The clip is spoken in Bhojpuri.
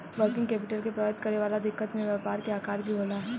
वर्किंग कैपिटल के प्रभावित करे वाला दिकत में व्यापार के आकर भी होला